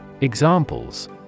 Examples